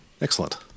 Excellent